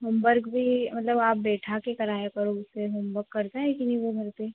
homework भी मतलब आप बिठाकर कराया करो उसे होमवर्क करता है कि नहीं वह घर पर